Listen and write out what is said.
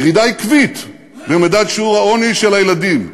ירידה עקבית במדד שיעור העוני של הילדים,